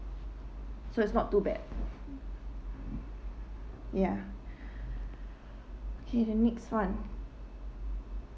so it's not too bad ya okay the next one